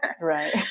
Right